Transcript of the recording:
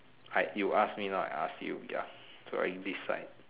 I you ask me not I ask you ya so you're in this side